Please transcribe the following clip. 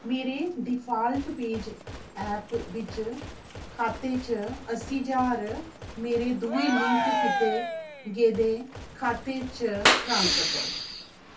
मेरे default page app बिच्च खाते च अस्सी ज्हार मेरे दुए लिंक कीते गेदे खातें च ट्रांसफर करो